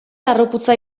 harroputza